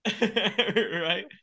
Right